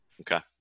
Okay